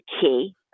key